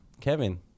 Kevin